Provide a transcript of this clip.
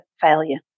failure